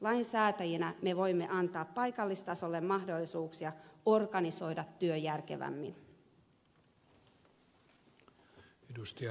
lainsäätäjinä me voimme antaa paikallistasolle mahdollisuuksia organisoida työ järkevämmin